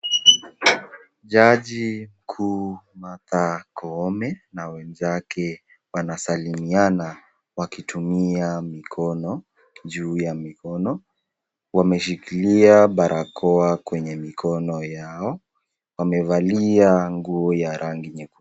Jaji mkuu Martha Koome na wenzake wanasalimiana wakitumia mikono juu ya mikono. Wameshikilia barakoa kwenye mikono yao wamevalia nguo ya rangi nyekundu.